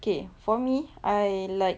okay for me I like